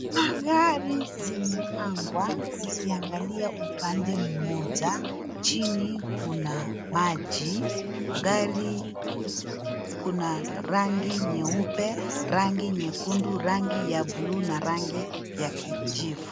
Magari zimepangwa zikiangalia upande mmoja, chini kuna maji. Gari ziko na rangi nyeupe, rangi nyekundu, rangi ya blue na rangi ya kijivu.